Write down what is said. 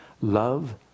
love